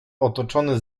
otoczony